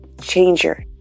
changer